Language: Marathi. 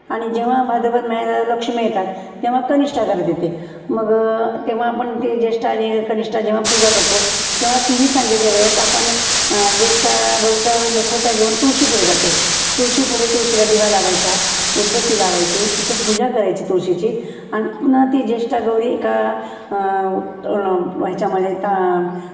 आणि जेव्हा भाद्रपद महिन्यामध्ये लक्ष्मी येतात तेव्हा कनिष्ठा घरात येते मग तेव्हा आपण ती जेष्ठा आणि कनिष्ठा जेव्हा पूजा करतो तेव्हा तिन्ही सांजेच्या वेळेस आपण ज्येष्ठा गौरीचा मुखवटा घेऊन तुळशीपुढे जातो तुळशीपुढे तुळशीला दिवा लावायचा उदबत्ती लावायची तिथं पूजा करायची तुळशीची आणि पुन्हा ती ज्येष्ठा गौरी एका ह्याच्यामध्ये त